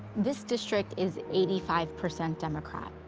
this district is eighty five percent democrat.